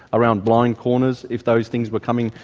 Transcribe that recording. around blind corners if those things were coming,